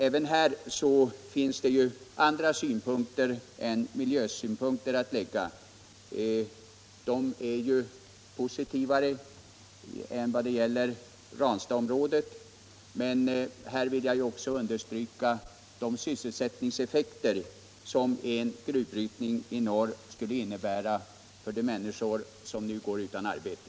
Även här finns det ju andra synpunkter än miljösynpunkter att anlägga. Dessa är i detta fall positivare än när det gäller Ranstadsområdet, men jag vill också understryka de sysselsättningseffekter som en gruvbrytning i norr skulle få för de människor som nu går utan arbete.